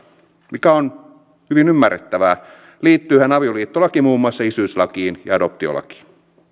mikä on ihan ymmärrettävää liittyyhän avioliittolaki muun muassa isyyslakiin ja adoptiolakiin